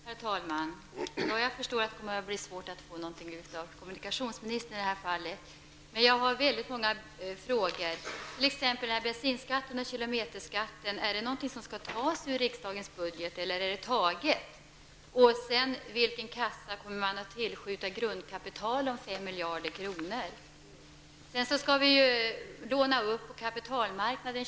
Herr talman! Jag förstår att det kommer att bli svårt att få ut någonting av kommunikationsministern i det här fallet, men jag har väldigt många frågor. Är t.ex. bensinskatten och kilometerskatten något som skall tas ur riksdagens budget eller är det redan taget? Till vilken kassa kommer man att tillskjuta grundkapitalet om 5 miljarder kronor? Vidare skall 20 miljarder kronor lånas upp på kapitalmarknaden.